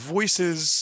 Voices